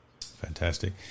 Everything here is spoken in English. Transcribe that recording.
Fantastic